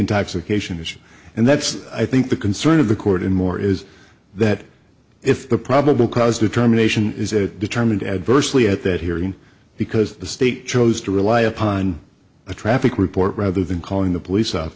intoxication issue and that's i think the concern of the court and more is that if the probable cause determination is that determined adversely at that hearing because the state chose to rely upon a traffic report rather than calling the police o